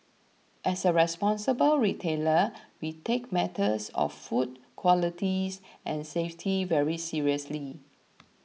as a responsible retailer we take matters of food qualities and safety very seriously